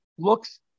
looks